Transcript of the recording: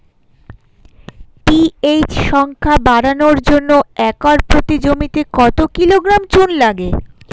PH সংখ্যা বাড়ানোর জন্য একর প্রতি জমিতে কত কিলোগ্রাম চুন লাগে?